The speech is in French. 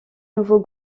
nouveau